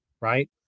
right